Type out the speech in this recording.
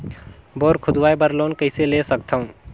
Bore खोदवाय बर loan कइसे ले सकथव?